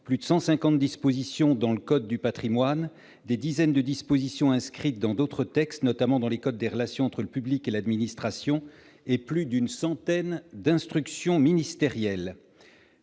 plus de 150 disposition dans le code du Patrimoine des dizaines de dispositions inscrites dans d'autres textes, notamment dans les Côtes des relations entre le public et l'administration et plus d'une centaine d'instructions ministérielles